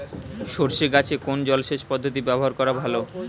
সরষে গাছে কোন জলসেচ পদ্ধতি ব্যবহার করা ভালো?